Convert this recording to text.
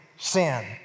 Sin